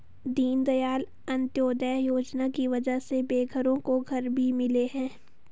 दीनदयाल अंत्योदय योजना की वजह से बेघरों को घर भी मिले हैं